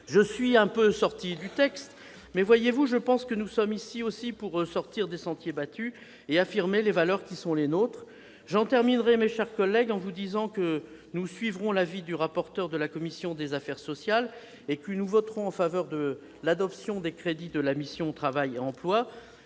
Je suis un peu sorti de mon texte, mais, voyez-vous, nous sommes aussi ici pour sortir des sentiers battus et affirmer nos valeurs ! Je termine, mes chers collègues, en vous indiquant que nous suivrons l'avis du rapporteur de la commission des affaires sociales : nous voterons en faveur de l'adoption des crédits de la mission « Travail et emploi